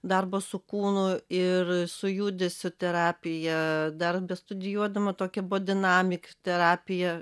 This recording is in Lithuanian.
darbą su kūnu ir su judesio terapija dar bestudijuodama tokią bodinamik terapiją